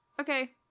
Okay